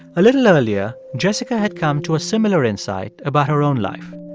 a little earlier, jessica had come to a similar insight about her own life.